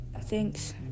thanks